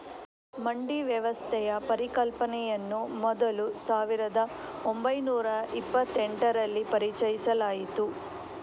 ಮಂಡಿ ವ್ಯವಸ್ಥೆಯ ಪರಿಕಲ್ಪನೆಯನ್ನು ಮೊದಲು ಸಾವಿರದ ಓಂಬೈನೂರ ಇಪ್ಪತ್ತೆಂಟರಲ್ಲಿ ಪರಿಚಯಿಸಲಾಯಿತು